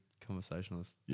conversationalist